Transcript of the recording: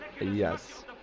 Yes